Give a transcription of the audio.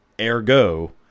Ergo